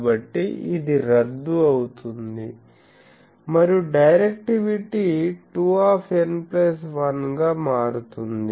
కాబట్టి ఇది రద్దు అవుతుంది మరియు డైరెక్టివిటీ 2n1 గా మారుతుంది